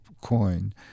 coin